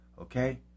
Okay